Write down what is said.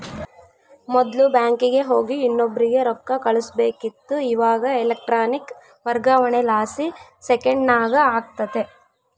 ಮೊದ್ಲು ಬ್ಯಾಂಕಿಗೆ ಹೋಗಿ ಇನ್ನೊಬ್ರಿಗೆ ರೊಕ್ಕ ಕಳುಸ್ಬೇಕಿತ್ತು, ಇವಾಗ ಎಲೆಕ್ಟ್ರಾನಿಕ್ ವರ್ಗಾವಣೆಲಾಸಿ ಸೆಕೆಂಡ್ನಾಗ ಆಗ್ತತೆ